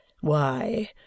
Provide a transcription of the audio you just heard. Why